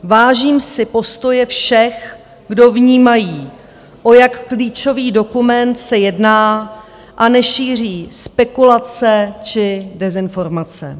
Vážím si postoje všech, kdo vnímají, o jak klíčový dokument se jedná a nešíří spekulace či dezinformace.